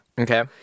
Okay